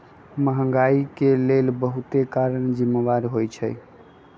महंगाई के लेल बहुते कारन जिम्मेदार होइ छइ